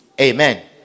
Amen